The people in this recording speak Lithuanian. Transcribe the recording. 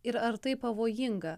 ir ar tai pavojinga